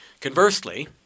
Conversely